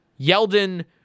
Yeldon